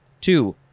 Two